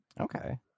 Okay